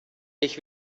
ich